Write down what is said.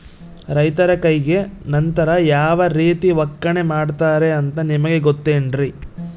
ರೈತರ ಕೈಗೆ ನಂತರ ಯಾವ ರೇತಿ ಒಕ್ಕಣೆ ಮಾಡ್ತಾರೆ ಅಂತ ನಿಮಗೆ ಗೊತ್ತೇನ್ರಿ?